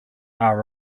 are